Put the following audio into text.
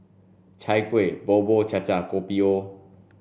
chai kueh bubur cha cha and kopi o